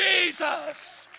Jesus